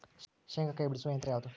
ಶೇಂಗಾಕಾಯಿ ಬಿಡಿಸುವ ಯಂತ್ರ ಯಾವುದು?